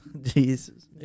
Jesus